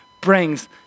brings